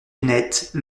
lunettes